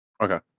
Okay